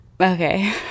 Okay